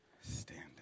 standing